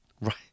Right